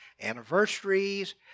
anniversaries